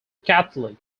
catholic